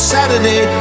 Saturday